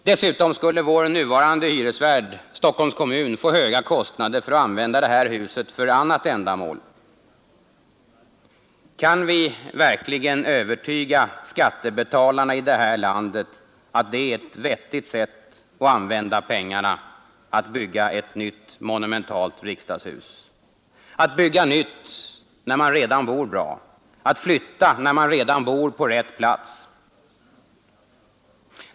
Dessutom skulle vår nuvarande hyresvärd, Stockholms kommun, få höga kostnader för att använda det här huset för annat ändamål. Kan vi verkligen övertyga skattebetalarna i det här landet att det är ett vettigt sätt att använda pengar — att bygga ett nytt monumentalt riksdagshus, att bygga nytt när man redan bor bra, att flytta när man redan bor på rätt plats?